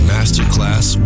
Masterclass